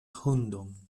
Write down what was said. hundon